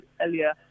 earlier